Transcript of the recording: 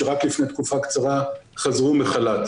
שרק לפני תקופה קצרה חזרו מחל"ת.